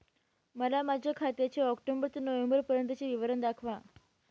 मला माझ्या खात्याचे ऑक्टोबर ते नोव्हेंबर पर्यंतचे विवरण दाखवा